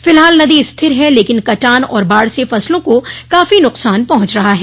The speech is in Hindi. फिलहाल नदी स्थिर है लेकिन कटान और बाढ़ से फसलों को काफी नुकसान पहुंच रहा है